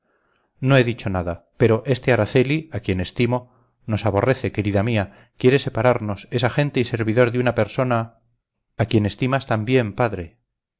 no he dicho nada pero este araceli a quien estimo nos aborrece querida mía quiere separarnos es agente y servidor de una persona a quien estimas también padre